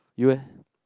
you leh